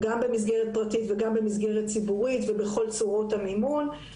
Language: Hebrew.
גם במסגרת פרטית וגם במסגרת ציבורית ובכל צורות המימון.